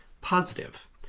positive